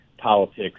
politics